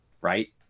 right